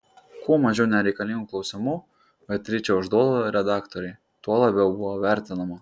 kuo mažiau nereikalingų klausimų beatričė užduodavo redaktorei tuo labiau buvo vertinama